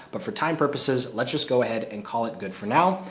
but for time purposes let's just go ahead and call it good for now.